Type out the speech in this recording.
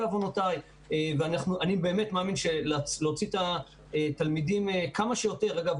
אני מאמין שלהוציא את התלמידים כמה שיותר אגב,